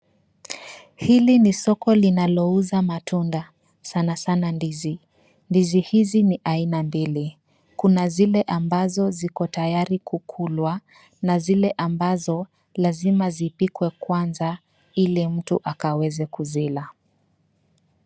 Hili ni soko linalouza matunda, sanasana ndizi. Ndizi hizi ni aina mbili; kuna zile ambazo ziko tayari kukulwa, na zile ambazo lazima zipikwe kwanza ili mtu aweze kuzila.